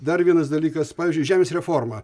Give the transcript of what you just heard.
dar vienas dalykas pavyzdžiui žemės reforma